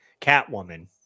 Catwoman